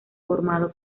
formado